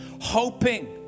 hoping